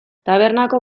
tabernako